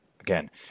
Again